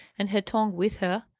and her tongue with her.